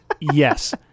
yes